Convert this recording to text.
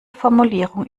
formulierung